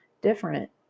different